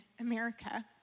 America